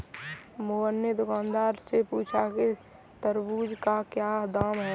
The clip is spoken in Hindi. मोहन ने दुकानदार से पूछा कि तरबूज़ का क्या दाम है?